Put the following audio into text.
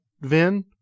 Vin